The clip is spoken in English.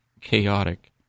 chaotic